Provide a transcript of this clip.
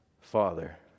Father